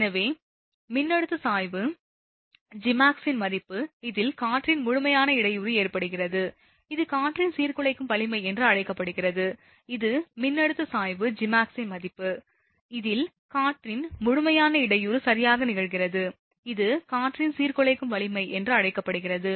எனவே மின்னழுத்த சாய்வு ஜிமாக்ஸின் மதிப்பு இதில் காற்றின் முழுமையான இடையூறு ஏற்படுகிறது இது காற்றின் சீர்குலைக்கும் வலிமை என்று அழைக்கப்படுகிறது அது மின்னழுத்த சாய்வு ஜிமாக்ஸின் மதிப்பு இதில் காற்றின் முழுமையான இடையூறு சரியாக நிகழ்கிறது இது காற்றின் சீர்குலைக்கும் வலிமை என்று அழைக்கப்படுகிறது